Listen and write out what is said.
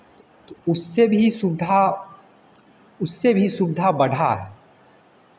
तो उससे भी सुविधा उससे भी सुविधा बढ़ा है